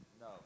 No